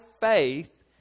faith